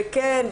וכן,